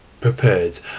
prepared